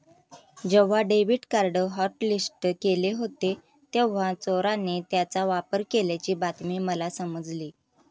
जेव्हा debit card hotlist केले होते तेव्हा चोराने त्याचा वापर केल्याची बातमी मला समजली